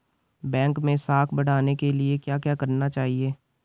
Bank मैं साख बढ़ाने के लिए क्या क्या करना चाहिए?